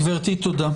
תודה.